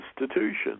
institution